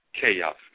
chaos